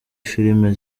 filime